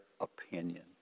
opinion